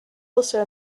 also